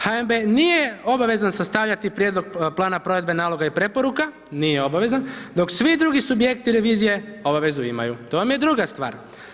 HNB nije obavezan sastavljati prijedlog plana provedbe naloga i preporuka, nije obavezan, dok svi drugi subjekti revizije obavezu imaju, to vam je druga stvar.